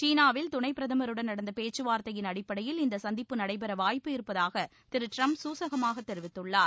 சீனாவில் துணைப்பிரதமருடன் நடந்த பேச்சுவார்த்தையின் அடிப்படையில் இந்த சந்திப்பு நடைபெற வாய்ப்பு இருப்பதாக திரு டிரம்ப் சூசகமாகத் தெரிவித்துள்ளார்